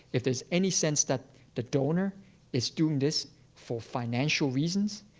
if there's any sense that the donor is doing this for financial reasons,